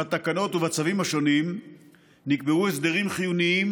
בתקנות ובצווים השונים נקבעו הסדרים חיוניים